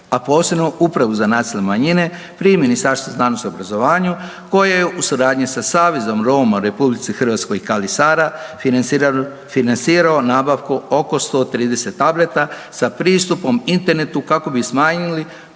a posebno upravo za nacionalne manje pri Ministarstvu znanosti i obrazovanja koje je u suradnji sa Savezom Roma u RH „KALI SARA“ financirao nabavku oko 130 tableta sa pristupom internetu kako bi smanjili